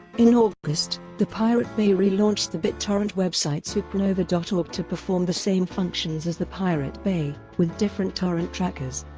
in august, the pirate bay relaunched the bittorrent website suprnova dot org to perform the same functions as the pirate bay, with different torrent trackers,